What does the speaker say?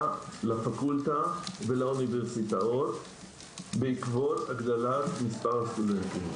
לפקולטה ולאוניברסיטאות בעקבות הגדלת מספר הסטודנטים.